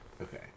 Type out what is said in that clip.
Okay